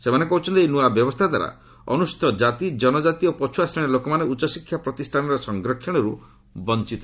ସେମାନେ କହୁଛନ୍ତି ଏହି ନୂଆ ବ୍ୟବସ୍ଥାଦ୍ୱାରା ଅନୁସ୍ଚିତ କାତି କନକାତି ଓ ପଛୁଆ ଶ୍ରେଣୀର ଲୋକମାନେ ଉଚ୍ଚଶିକ୍ଷା ପ୍ରତିଷାନର ସଂରକ୍ଷଣରୁ ବଞ୍ଚ୍ଚତ ହେବେ